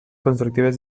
constructives